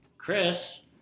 Chris